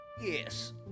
Yes